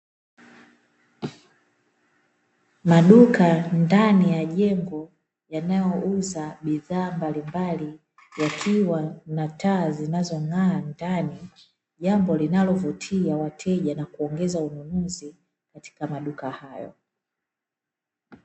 Maduka ndani ya jengo yanayouza bidhaa mbalimbali yakiwa na taa zinazong'aa ndani, jambo linalovutia wateja na kuongeza ununuzi katika maduka hayo.